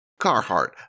Carhartt